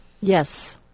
Yes